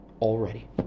already